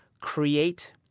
create